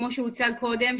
כמו שהוצג קודם,